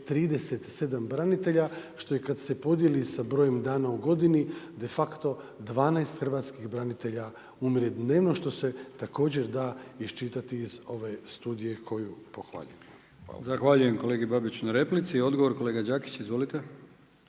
037 branitelja što je kad se podijeli sa brojem dana u godini, de facto 12 hrvatskih branitelja umre dnevno što se također da iščitati iz ove studije koju pohvaljujem. Hvala. **Brkić, Milijan (HDZ)** Zahvaljujem kolegi Babiću na replici. Odgovor kolega Đakić. Izvolite.